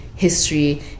history